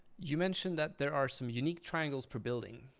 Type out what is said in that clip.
you mentioned that there are some unique triangles per building.